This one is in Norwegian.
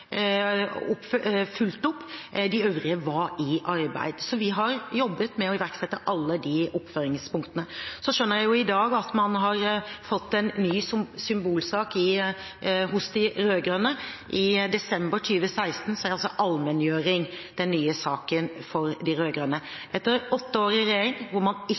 sjekket, fulgt opp rundt 65 av dem, og de øvrige var i arbeid. Så vi har jobbet med å iverksette alle de oppfølgingspunktene. Jeg skjønner i dag at de rød-grønne har fått en ny symbolsak. I desember 2016 er «allmenngjøring» den nye saken for de rød-grønne. Etter åtte år i regjering hvor man ikke